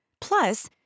Plus